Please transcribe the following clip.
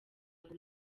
ngo